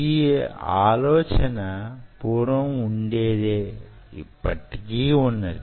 ఈ ఆలోచన పూర్వం వుండేది యిప్పటికీ వున్నది